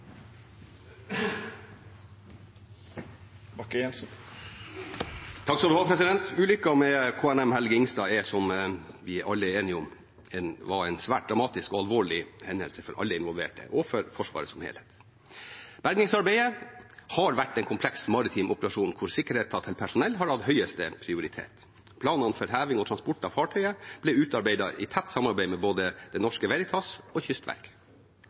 med KNM «Helge Ingstad» var, som vi alle er enige om, en svært dramatisk og alvorlig hendelse for alle involverte og for Forsvaret som helhet. Bergingsarbeidet har vært en kompleks maritim operasjon, hvor sikkerheten til personellet har hatt høyeste prioritet. Planene for heving og transport av fartøyet ble utarbeidet i tett samarbeid med både Det Norske Veritas og